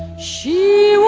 she